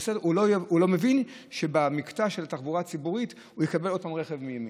הוא לא מבין שבמקטע של התחבורה הציבורית הוא יקבל עוד פעם רכב מימין.